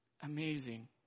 Amazing